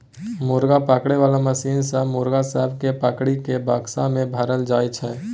मुर्गा पकड़े बाला मशीन सँ मुर्गा सब केँ पकड़ि केँ बक्सा मे भरल जाई छै